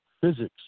physics